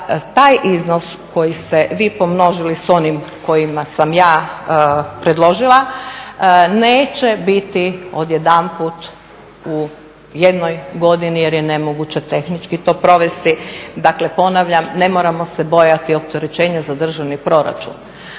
taj iznos koji ste vi pomnožili sa onim kojima sam ja predložila neće biti odjedanput u jednoj godini jer je nemoguće tehnički to provesti. Dakle, ponavljam ne moramo se bojati opterećenja za državni proračun.